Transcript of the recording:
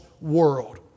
world